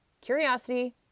curiosity